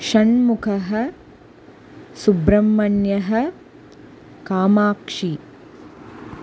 षण्मुखः सुब्रह्मण्यः कामाक्षि